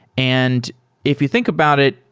and if you think about it,